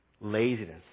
laziness